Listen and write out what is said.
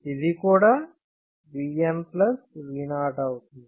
ఇది కూడా V n V 0 అవుతుంది